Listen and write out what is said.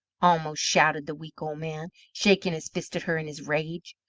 almost shouted the weak old man, shaking his fist at her in his rage.